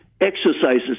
exercises